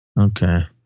Okay